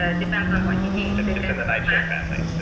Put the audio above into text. ah depends on what you need it's in the nightshade family.